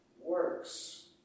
works